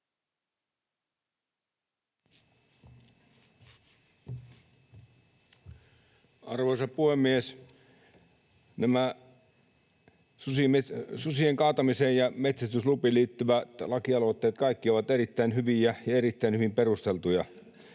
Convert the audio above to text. Arvoisa puhemies! Nämä susien kaatamiseen ja metsästyslupiin liittyvät lakialoitteet, kaikki, ovat erittäin hyviä ja erittäin hyvin perusteltuja.